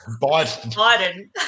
biden